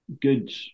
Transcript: good